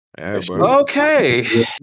Okay